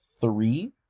three